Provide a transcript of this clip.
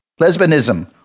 lesbianism